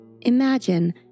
Imagine